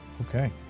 Okay